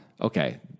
Okay